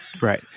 right